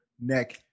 neck